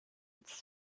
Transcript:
its